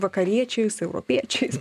vakariečiais europiečiais